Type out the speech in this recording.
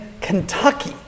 Kentucky